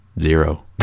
Zero